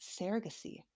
surrogacy